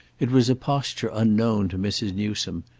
it was a posture unknown to mrs. newsome,